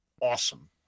awesome